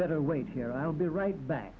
better wait here i'll be right back